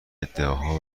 ایدهها